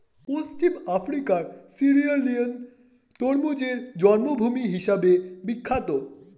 পশ্চিম আফ্রিকার সিয়েরালিওন তরমুজের জন্মভূমি হিসেবে বিখ্যাত